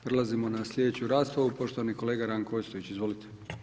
Prelazimo na slijedeću raspravu, poštovani kolega Ranko Ostojić, izvolite.